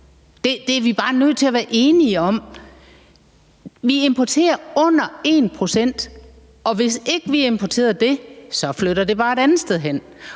Det er vi bare nødt til at være enige om. Vi importerer under 1 pct., og hvis ikke vi importerede det, flyttede det bare et andet sted hen.